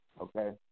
okay